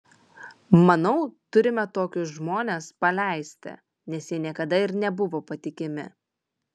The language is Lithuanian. manau turime tokius žmones paleisti nes jie niekada ir nebuvo patikimi